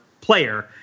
player